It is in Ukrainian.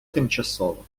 тимчасово